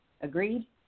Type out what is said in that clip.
Agreed